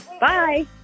Bye